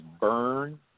burn